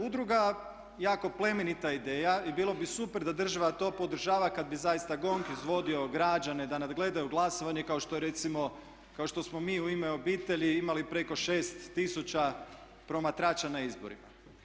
Udruga, jako plemenita ideja i bilo bi super da država to podržava kada bi zaista GONG izvodio građane da nadgledaju glasovanje kao što je recimo, kao što smo mi u Ime obitelji imali preko 6 tisuća promatrača na izborima.